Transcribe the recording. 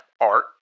art